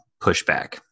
pushback